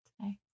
today